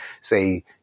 say